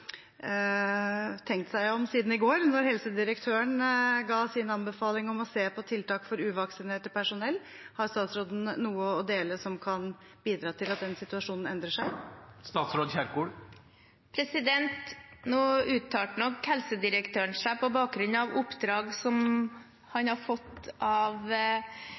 tenkt seg om siden i går, da helsedirektøren ga sin anbefaling om å se på tiltak for uvaksinert personell? Har statsråden noe å dele som kan bidra til at den situasjonen endrer seg? Nå uttalte nok helsedirektøren seg på bakgrunn av oppdrag han har fått av